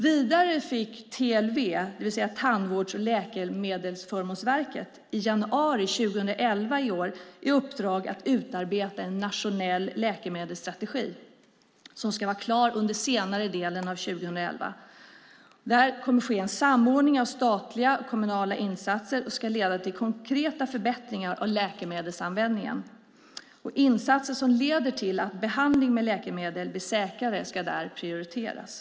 Vidare fick TLV, det vill säga Tandvårds och läkemedelsförmånsverket, i januari 2011 i uppdrag att utarbeta en nationell läkemedelsstrategi som ska vara klar under senare delen av 2011. Där kommer det att ske en samordning av statliga och kommunala insatser som ska leda till konkreta förbättringar av läkemedelsanvändningen. Och insatser som leder till att behandling med läkemedel blir säkrare ska där prioriteras.